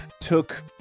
took